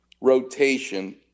rotation